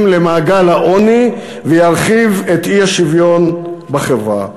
למעגל העוני וירחיב את האי-שוויון בחברה.